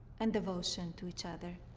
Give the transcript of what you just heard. and devotion to each other